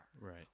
Right